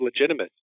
legitimate